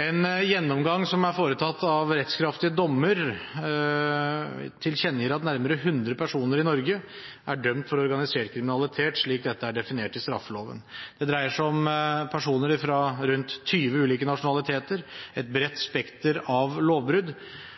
En gjennomgang som er foretatt av rettskraftige dommer, tilkjennegir at nærmere 100 personer i Norge er dømt for organisert kriminalitet, slik dette er definert i straffeloven. Det dreier seg om personer fra rundt 20 ulike nasjonaliteter og et bredt spekter av lovbrudd.